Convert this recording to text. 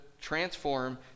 transform